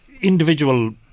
individual